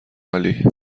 عالی